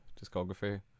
discography